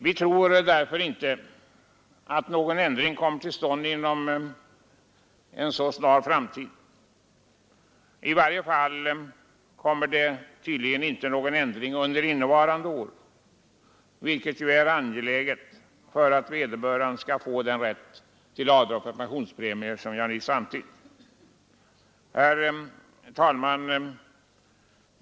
Vi tror därför inte att någon ändring kommer till stånd inom en snar framtid. I varje fall blir det tydligen inte någon ändring under innevarande år, vilket är angeläget för att vederbörande skall få den rätt till avdrag för pensionspremier som jag nyss berört. Herr talman!